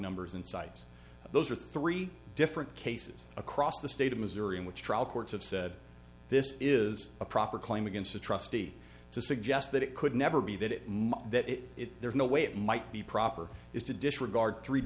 numbers and sides those are three different cases across the state of missouri in which trial courts have said this is a proper claim against the trustee to suggest that it could never be that it that there's no way it might be proper is to disregard three